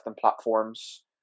platforms